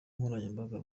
nkoranyambaga